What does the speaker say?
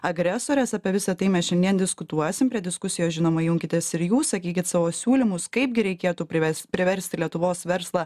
agresorės apie visa tai mes šiandien diskutuosim prie diskusijos žinoma junkitės ir jūs sakykit savo siūlymus kaipgi reikėtų prives priversti lietuvos verslą